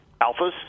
alphas